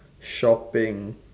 shopping